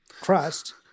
crust